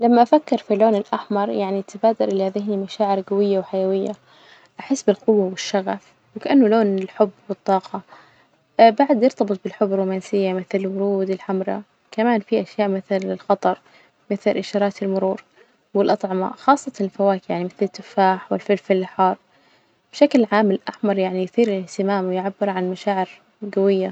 لما أفكر في اللون الأحمر يعني تبادر إلى ذهني مشاعر جوية وحيوية، أحس بالقوة والشغف، وكأنه لون الحب والطاقة بعد يرتبط بالحب الرومانسية مثل الورود الحمرا، كمان فيه أشياء مثل الخطر مثل إشارات المرور والأطعمة، خاصة الفواكه يعني مثل التفاح والفلفل الحار، بشكل عام الأحمر يعني يثير الإهتمام ويعبر عن مشاعر جوية.